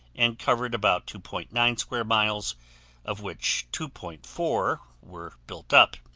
and covered about two point nine square miles of which two point four were built up.